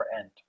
end